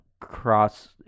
cross